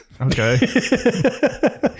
Okay